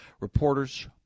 Reporters